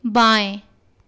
बाएँ